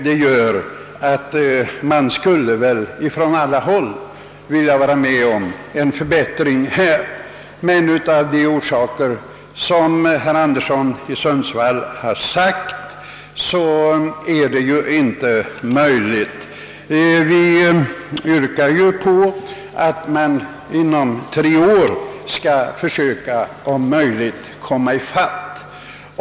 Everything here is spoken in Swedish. Detta gör att man väl från alla håll vill vara med om att ge dem en förbättring, men av de orsaker, som herr Anderson i Sundsvall nämnde, är det ju inte möjligt. Vi yrkar då på att man inom tre år skall försöka att om möjligt komma i fatt.